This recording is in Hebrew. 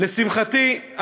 לשמחתי,